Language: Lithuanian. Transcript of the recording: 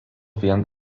vien